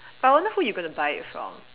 but I wonder who you gonna buy it from